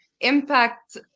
impact